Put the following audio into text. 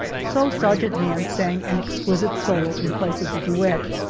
so sergeant mann sang an exquisite solo in place of the duet,